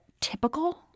typical